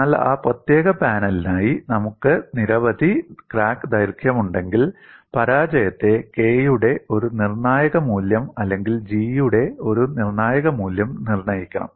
എന്നാൽ ആ പ്രത്യേക പാനലിനായി നമുക്ക് നിരവധി ക്രാക്ക് ദൈർഘ്യമുണ്ടെങ്കിൽ പരാജയത്തെ K യുടെ ഒരു നിർണായക മൂല്യം അല്ലെങ്കിൽ G യുടെ ഒരു നിർണായക മൂല്യം നിർണ്ണയിക്കണം